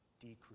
decrease